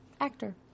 actor